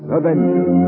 Adventure